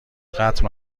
قتل